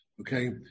okay